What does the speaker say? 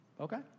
Okay